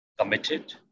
committed